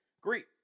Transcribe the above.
great